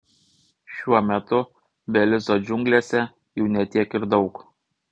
šiuo metu belizo džiunglėse jų ne tiek ir daug